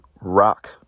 rock